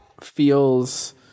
feels